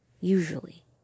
usually